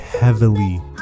heavily